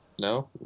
no